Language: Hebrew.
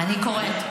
אני קוראת.